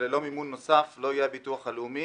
וללא מימון נוסף לא יהיה הביטוח הלאומי